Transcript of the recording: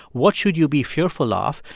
what should you be fearful ah of,